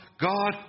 God